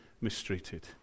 mistreated